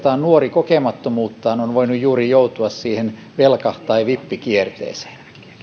monta kertaa nuori juuri kokemattomuuttaan on voinut joutua velka tai vippikierteeseen